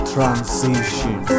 Transition